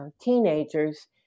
teenagers